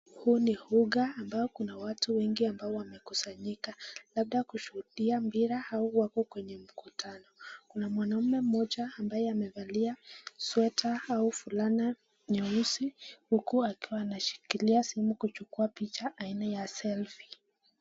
Huu ni uga ambayo kuna watu wengi ambao wamekusanyika, labda kushuhudia mpira au wako kwenye mkutano. Kuna mwanaume mmoja ambaye amevalia sweater au fulana nyeusi, huku akiwa anashikilia simu kuchukua picha aina ya selfie .